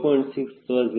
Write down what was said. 6 ಅಥವಾ 0